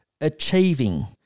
achieving